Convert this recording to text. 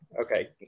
okay